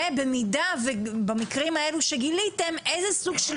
ובמידה ובמקרים האלו שגיליתם איזה סוג של